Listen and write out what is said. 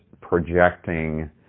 projecting